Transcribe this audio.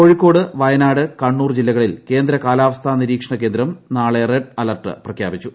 കോഴിക്കോട് വയനാട് കണ്ണൂർ ജില്ലകളിൽ കേന്ദ്ര കാലാവസ്ഥ നിരീക്ഷണ കേന്ദ്രം നാളെ റെഡ് അലർട്ട് പ്രഖ്യാപിച്ചു